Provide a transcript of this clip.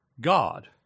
God